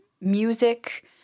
music